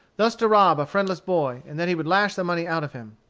thus to rob a friendless boy, and that he would lash the money out of him.